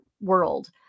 world